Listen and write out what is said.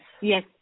yes